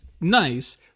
nice